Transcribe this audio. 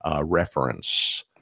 reference